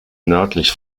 nördlich